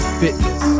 fitness